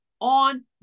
on